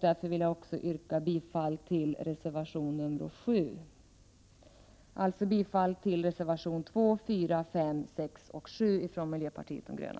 Därför vill jag också yrka bifall till reservation nr 7. Jag yrkar alltså bifall till reservationerna 2, 4, 5, 6 och 7 från miljöpartiet de gröna.